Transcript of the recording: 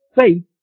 faith